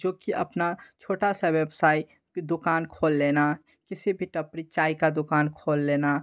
जो कि अपना छोटे से व्यवसाय की दोकान खोल लेना किसी भी टपरी चाय की दोकान खोल लेना